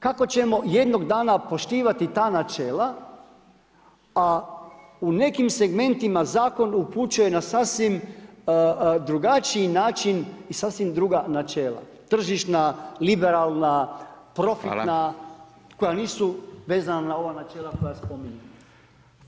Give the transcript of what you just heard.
Kako ćemo jednog dana poštivati ta načela, a u nekim segmentima zakon upućuje na sasvim drugačiji način i sasvim druga načela tržišna, liberalna, profitna, koja nisu vezana na ova načela koja spominje.